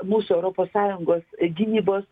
mūsų europos sąjungos gynybos